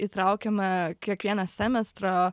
įtraukiame kiekvieną semestrą